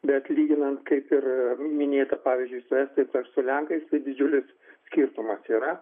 bet lyginant kaip ir minėta pavyzdžiui su estais ar su lenkais tai didžiulis skirtumas yra